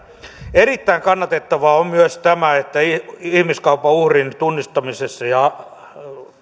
erittäin kannatettavaa on myös tämä että ihmiskaupan uhrin tunnistamisesta ja